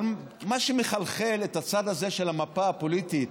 אבל מה שמחלחל את הצד הזה של המפה הפוליטית